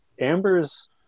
Amber's